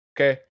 okay